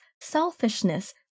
selfishness